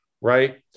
right